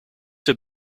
have